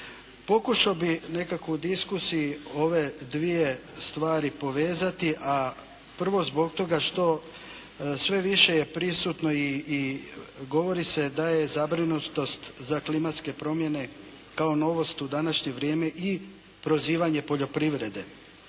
Pokušao bih nekako u diskusiji ove dvije stvari povezati, a prvo zbog toga što sve više je prisutno i govori se da je zabrinutost za klimatske promjene kao novost u današnje vrijeme i prozivanje poljoprivrede,